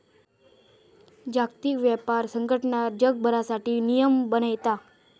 जागतिक व्यापार संघटना जगभरासाठी नियम बनयता